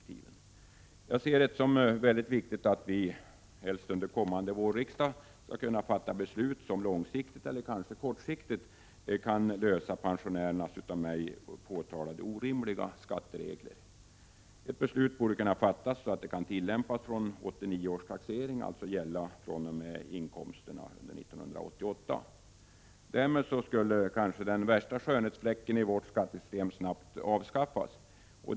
83 Jag ser det som viktigt att vi helst under kommande vårriksdag skall kunna fatta beslut som långsiktigt — eller åtminstone kortsiktigt — kan ändra de av mig påtalade orimliga skattereglerna för pensionärer. Ett beslut borde kunna fattas så att det kan tillämpas vid 1989 års taxering och alltså gälla inkomsterna under 1988. Därmed skulle den kanske värsta skönhetsfläcken i vårt skattesystem snabbt kunna avlägsnas.